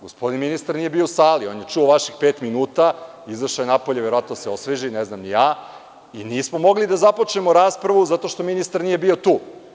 Gospodin ministar nije bio u sali, on je čuo vaših pet minuta, izašao je napolje verovatno da se osveži, ne znam ni ja, i nismo mogli da započnemo raspravu zato što ministar nije bio tu.